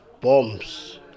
bombs